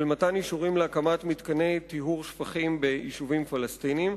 של מתן אישורים להקמת מתקני טיהור שפכים ביישובים פלסטיניים.